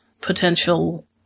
potential